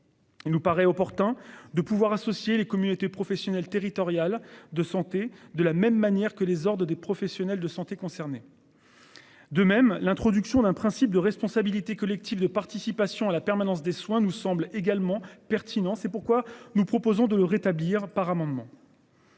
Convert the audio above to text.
Il nous paraît opportun de pouvoir associer les communautés professionnelles territoriales de santé de la même manière que les hordes des professionnels de santé concernés. De même, l'introduction d'un principe de responsabilité collective, de participation à la permanence des soins nous semble également pertinent. C'est pourquoi nous proposons de le rétablir par amendement.